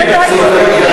לא קשור.